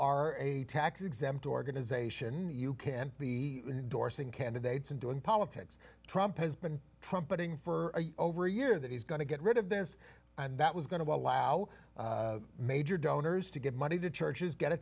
are a tax exempt organization you can be dorsenne candidates and doing politics trump has been trumpeting for over a year that he's going to get rid of this and that was going to allow major donors to give money to churches get a